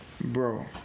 Bro